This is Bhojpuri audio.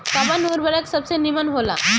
कवन उर्वरक सबसे नीमन होला?